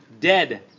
Dead